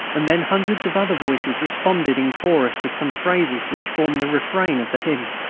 and then hundreds of other voices responded in chorus with some phrases which formed the refrain of the hymn.